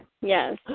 Yes